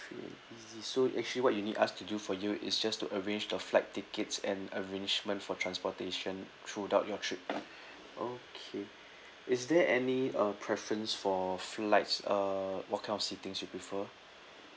free and easy so actually what you need us to do for you is just arrange the flight tickets and arrangement for transportation throughout your trip okay is there any uh preference for flights uh what kind of seatings you prefer